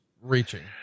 reaching